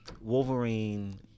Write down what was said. Wolverine